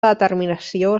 determinació